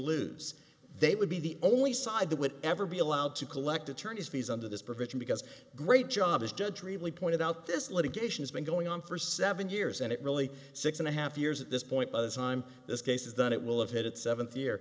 lose they would be the only side that would ever be allowed to collect attorney's fees under this provision because great job is judge really pointed out this litigation has been going on for seven years and it really six and a half years at this point by the time this case is done it will have had its seventh year